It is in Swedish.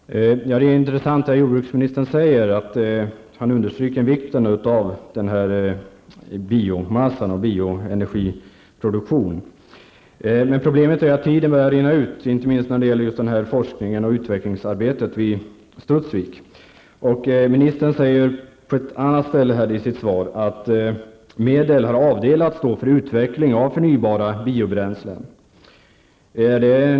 Herr talman! Det är intressant att jordbruksministern säger att han understryker vikten av biomassa och bioenergiproduktion. Problemet är att tiden börjar rinna ut, inte minst när det gäller just det här forsknings och utvecklingsarbetet vid Studsvik. Ministern säger på ett annat ställe i sitt svar att medel har avdelats för utveckling av förnybara biobränslen.